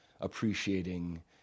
appreciating